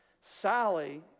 Sally